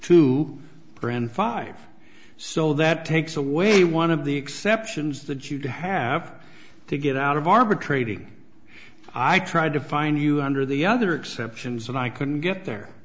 two brand five so that takes away one of the exceptions that you'd have to get out of arbitrating i tried to find you under the other exceptions and i couldn't get there